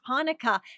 Hanukkah